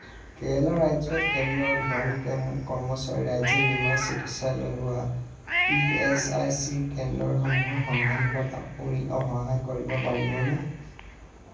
কেৰেলা ৰাজ্যত কেন্দ্ৰৰ ধৰণ কৰ্মচাৰীৰ ৰাজ্যিক বীমা চিকিৎসালয় হোৱা ই এচ আই চি কেন্দ্ৰসমূহৰ সন্ধান কৰাত আপুনি সহায় কৰিব পাৰিবনে